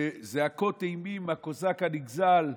בזעקות אימים, הקוזק הנגזל: